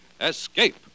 Escape